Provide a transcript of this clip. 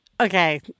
Okay